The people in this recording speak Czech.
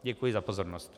Děkuji za pozornost.